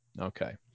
Okay